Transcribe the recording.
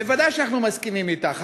בוודאי שאנחנו מסכימים אתך.